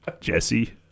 Jesse